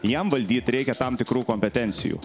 jam valdyt reikia tam tikrų kompetencijų